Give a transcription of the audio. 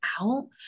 out